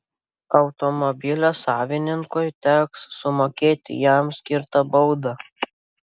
automobilio savininkui teks sumokėti jam skirtą baudą